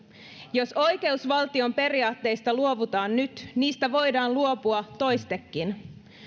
jos oikeusvaltion periaatteista luovutaan nyt niistä voidaan luopua toistekin